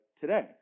today